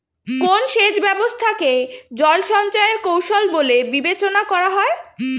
কোন সেচ ব্যবস্থা কে জল সঞ্চয় এর কৌশল বলে বিবেচনা করা হয়?